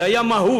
זה היה מהות.